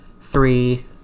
three